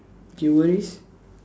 okay worries